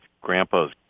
grandpas